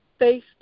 Facebook